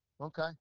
Okay